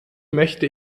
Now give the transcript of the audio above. möchte